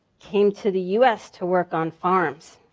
came to the us to work on farms.